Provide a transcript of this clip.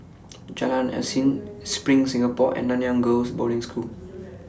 Jalan Yasin SPRING Singapore and Nanyang Girls' Boarding School